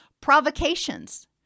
provocations